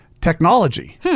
technology